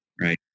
right